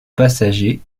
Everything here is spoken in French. passager